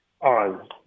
on